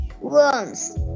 Worms